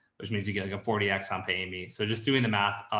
which means you get like a forty x on paying me. so just doing the math,